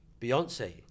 Beyonce